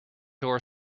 door